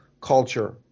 culture